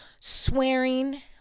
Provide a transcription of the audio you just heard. swearing